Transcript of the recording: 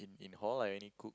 in hall I only cook